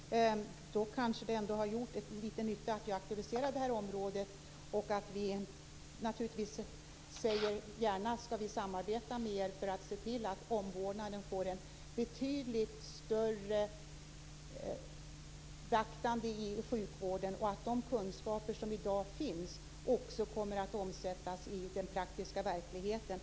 Herr talman! Då kanske det ändå har gjort litet nytta att jag har aktualiserat det här området. Vi skall naturligtvis gärna samarbeta med er för att se till att omvårdnaden beaktas betydligt mer i sjukvården och att de kunskaper som i dag finns också omsätts i den praktiska verkligheten.